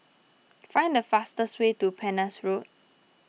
find the fastest way to Penhas Road